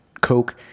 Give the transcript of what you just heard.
Coke